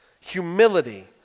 Humility